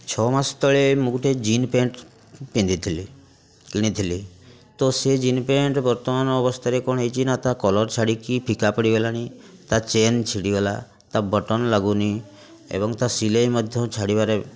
ଛଅ ମାସ ତଳେ ମୁଁ ଗୋଟିଏ ଜିନ୍ସ୍ ପ୍ୟାଣ୍ଟ୍ ପିନ୍ଧିଥିଲି କିଣିଥିଲି ତ ସେ ଜିନ୍ସ୍ ପ୍ୟାଣ୍ଟ୍ ବର୍ତ୍ତମାନ ଅବସ୍ଥାରେ କ'ଣ ହେଇଛିନା ତା' କଲର୍ ଛାଡ଼ିକି ଫିକା ପଡ଼ିଗଲାଣି ତା' ଚେନ୍ ଛିଣ୍ଡିଗଲା ତା' ବଟନ୍ ଲାଗୁନି ଏବଂ ତା' ସିଲେଇ ମଧ୍ୟ ଛାଡ଼ିବାରେ